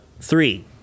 three